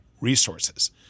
resources